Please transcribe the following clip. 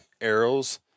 arrows